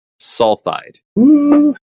sulfide